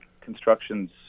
construction's